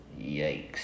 yikes